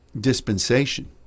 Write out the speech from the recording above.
dispensation